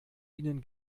ihnen